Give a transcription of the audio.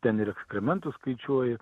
ten ir ekskrementus skaičiuoji